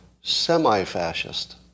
semi-fascist